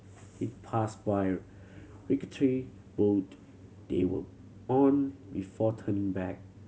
it passed by rickety boat they were on before turning back